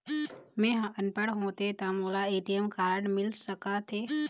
मैं ह अनपढ़ होथे ता मोला ए.टी.एम कारड मिल सका थे?